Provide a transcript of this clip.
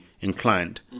inclined